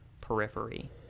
periphery